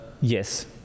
Yes